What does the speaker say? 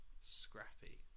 Scrappy